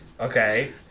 okay